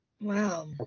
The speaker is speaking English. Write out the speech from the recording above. Wow